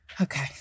Okay